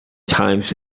times